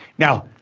now,